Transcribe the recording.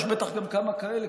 יש בטח גם כמה כאלה,